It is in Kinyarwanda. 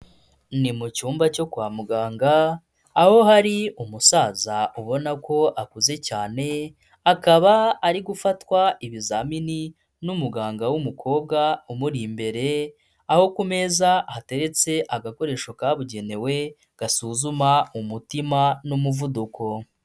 Ni mu cyumba cyo kwa muganga, aho hari umusaza ubona ko akuze cyane, akaba ari gufatwa ibizamini n'umuganga w'umukobwa umuri imbere, aho ku meza hateretse agakoresho kabugenewe gasuzuma umutima n'umuvuduko.